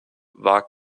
war